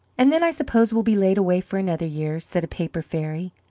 and then i suppose we'll be laid away for another year, said a paper fairy.